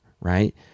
right